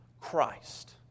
christ